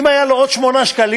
אם היו לו עוד 8 שקלים,